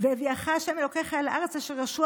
והביאך ה' אלהיך אל הארץ אשר יָרשׁוּ